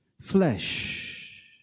flesh